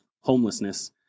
homelessness